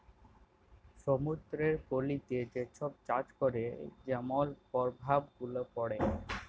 সমুদ্দুরের পলিতে যে ছব চাষ ক্যরে যেমল পরভাব গুলা পড়ে